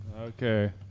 Okay